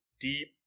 deep